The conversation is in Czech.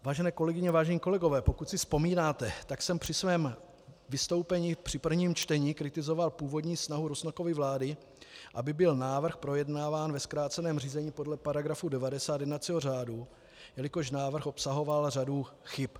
Vážené kolegyně, vážení kolegové, pokud si vzpomínáte, tak jsem při svém vystoupení při prvním čtení kritizoval původní snahu Rusnokovy vlády, aby byl návrh projednáván ve zkráceném řízení podle § 90 jednacího řádu, jelikož návrh obsahoval řadu chyb.